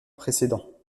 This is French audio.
précédent